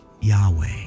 Yahweh